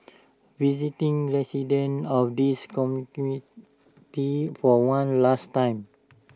visiting residents of this community for one last time